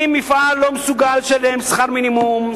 אם מפעל לא מסוגל לשלם שכר מינימום,